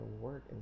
work